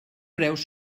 preus